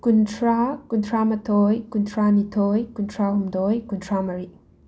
ꯀꯨꯟꯊ꯭ꯔꯥ ꯀꯨꯟꯊ꯭ꯔꯥꯃꯥꯊꯣꯏ ꯀꯨꯟꯊ꯭ꯔꯥꯅꯤꯊꯣꯏ ꯀꯨꯟꯊ꯭ꯔꯥꯍꯨꯝꯗꯣꯏ ꯀꯨꯟꯊ꯭ꯔꯥꯃꯔꯤ